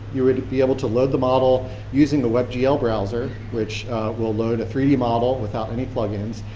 you were to be able to load the model using a web gl browser, which will load a three d model without any plug-ins,